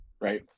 right